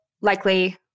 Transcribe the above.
likely